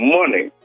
money